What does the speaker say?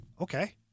Okay